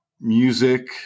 music